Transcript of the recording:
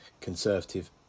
Conservative